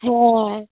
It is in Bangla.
হ্যাঁ